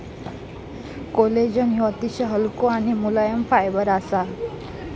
collagen ह्यो अतिशय हलको आणि मुलायम फायबर असा